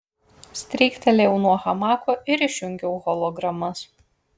stryktelėjau nuo hamako ir išjungiau hologramas